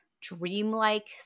dreamlike